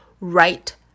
Right